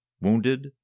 Wounded